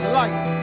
life